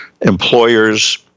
employer's